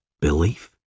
belief